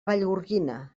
vallgorguina